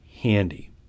handy